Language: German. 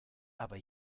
aber